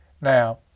Now